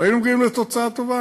והיינו מגיעים לתוצאה טובה.